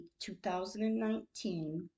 2019